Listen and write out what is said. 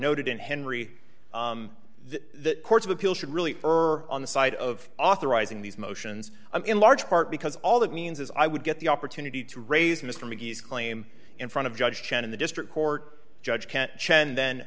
noted in henry the court of appeal should really for on the side of authorizing these motions in large part because all that means is i would get the opportunity to raise mr mcgee's claim in front of judge chen in the district court judge can't chen